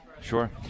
Sure